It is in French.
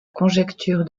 conjecture